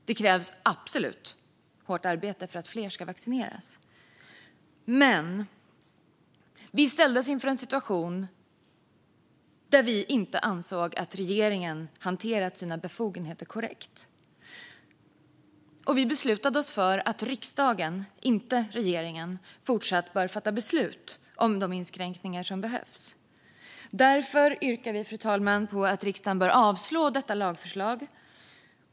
Det krävs absolut hårt arbete för att fler ska vaccineras. Men vi ställdes inför en situation där vi inte ansåg att regeringen hanterat sina befogenheter korrekt. Vi beslutade oss för att riksdagen, inte regeringen, fortsatt bör fatta beslut om de inskränkningar som behövs. Därför yrkar vi, fru talman, på att riksdagen avslår detta lagförslag.